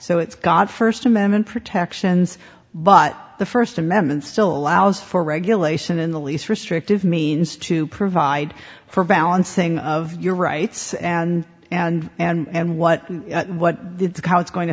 so it's got first amendment protections but the first amendment still allows for regulation in the least restrictive means to provide for balancing of your rights and and and what what the how it's going to